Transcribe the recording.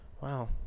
Wow